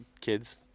kids